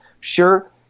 Sure